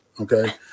okay